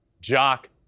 Jock